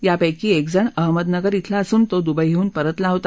यांपैकी एक जण अहमदनगर इथला असून तो दुबईहून परतला होता